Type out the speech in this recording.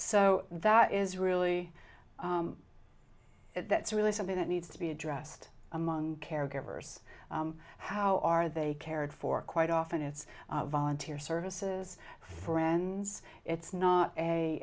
so that is really that's really something that needs to be addressed among caregivers how are they cared for quite often it's volunteer services friends it's not a